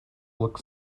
look